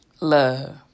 Love